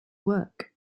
work